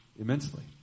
Immensely